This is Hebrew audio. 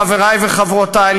חברי וחברותי,